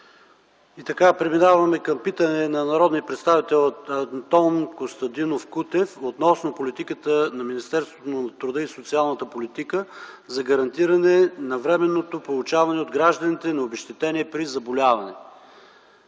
ШОПОВ: Преминаваме към питане на народния представител Антон Костадинов Кутев относно политиката на Министерството на труда и социалната политика за гарантиране навременното получаване от гражданите на обезщетение при заболяване.